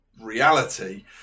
reality